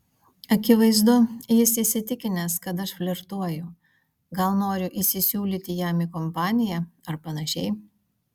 akivaizdu jis įsitikinęs kad aš flirtuoju gal noriu įsisiūlyti jam į kompaniją ar panašiai